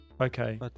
Okay